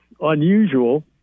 unusual